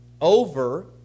over